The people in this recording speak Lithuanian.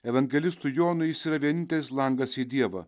evangelistui jonui jis yra vienintelis langas į dievą